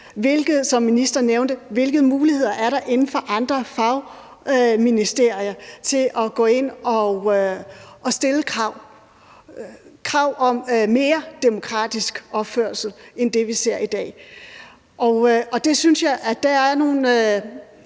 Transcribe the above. som ministeren nævnte, inden for andre fagministerier til at gå ind og stille krav, krav om mere demokratisk opførsel end det, vi ser i dag? Og der er jo, som